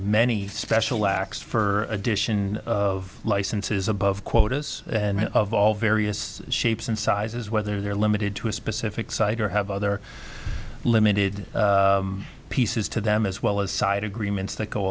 a lack for addition of licenses above quotas and of all various shapes and sizes whether they're limited to a specific site or have other limited pieces to them as well as side agreements that go